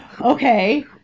Okay